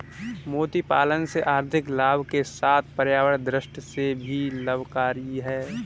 मोती पालन से आर्थिक लाभ के साथ पर्यावरण दृष्टि से भी लाभकरी है